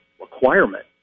requirement